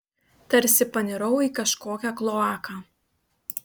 tarsi panirau į kažkokią kloaką